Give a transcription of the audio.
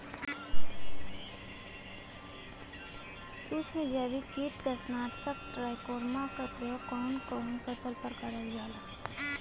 सुक्ष्म जैविक कीट नाशक ट्राइकोडर्मा क प्रयोग कवन कवन फसल पर करल जा सकेला?